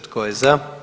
Tko je za?